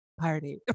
Party